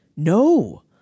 No